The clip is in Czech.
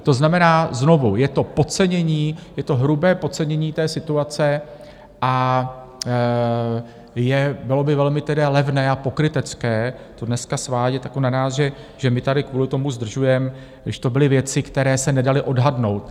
To znamená, znovu, je to podcenění, je to hrubé podcenění té situace a bylo by velmi levné a pokrytecké to dneska svádět na nás, že my tady kvůli tomu zdržujeme, když to byly věci, které se nedaly odhadnout.